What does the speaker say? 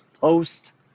post